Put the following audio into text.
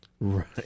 Right